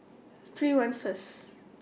three one First